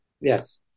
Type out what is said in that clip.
Yes